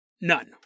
None